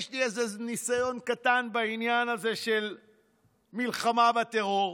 יש לי איזה ניסיון קטן בעניין הזה של מלחמה בטרור,